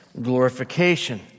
glorification